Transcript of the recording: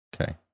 Okay